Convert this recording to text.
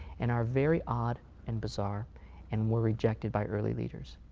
and are very odd and bizarre and were rejected by early leaders.